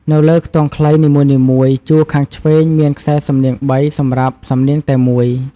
នៅលើខ្ទង់ខ្លីនីមួយៗ ជួរខាងឆ្វេង មានខ្សែសំនៀង ៣ សំរាប់សំនៀងតែ១។